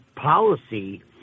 policy